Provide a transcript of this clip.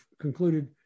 concluded